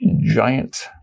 giant